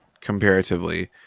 comparatively